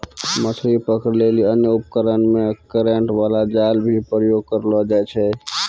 मछली पकड़ै लेली अन्य उपकरण मे करेन्ट बाला जाल भी प्रयोग करलो जाय छै